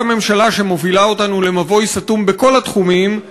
אותה ממשלה שמובילה אותנו למבוי סתום בכל התחומים,